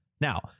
Now